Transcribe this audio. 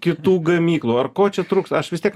kitų gamyklų ar ko čia trūksta aš vis tiek